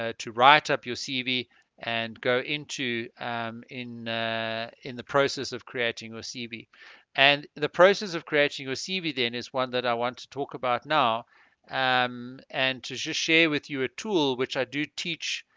ah to write up your cv and go into um in in the process of creating your cv and the process of creating your cv then is one that i want to talk about now um and to share with you a tool which i do teach